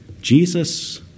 Jesus